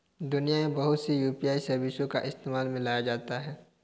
दुनिया में बहुत सी यू.पी.आई सर्विसों को इस्तेमाल में लाया जाता है